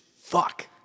Fuck